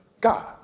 God